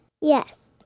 Yes